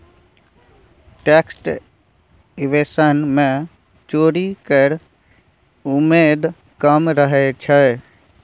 tax evasion मे चोरी केर उमेद कम रहय छै